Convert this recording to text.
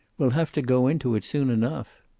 we'll have to go into it soon enough.